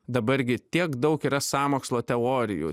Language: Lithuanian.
dabar gi tiek daug yra sąmokslo teorijų